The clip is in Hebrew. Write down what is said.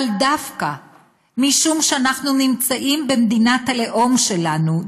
אבל דווקא משום שאנחנו נמצאים במדינת הלאום שלנו,